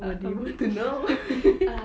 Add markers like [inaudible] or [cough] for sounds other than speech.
what do you want to know [laughs]